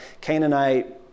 Canaanite